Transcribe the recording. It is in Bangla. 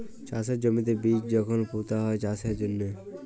চাষের জমিতে বীজ যখল পুঁতা হ্যয় চাষের জ্যনহে